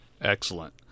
Excellent